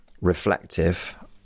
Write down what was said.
reflective